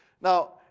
Now